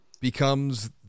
becomes